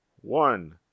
one